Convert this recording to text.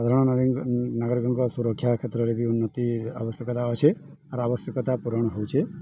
ସାଧାରଣ ନାଗରିକଙ୍କ ସୁରକ୍ଷା କ୍ଷେତ୍ରରେ ବି ଉନ୍ନତି ଆବଶ୍ୟକତା ଅଛେ ଆର୍ ଆବଶ୍ୟକତା ପୂରଣ ହେଉଛେ